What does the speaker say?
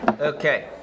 Okay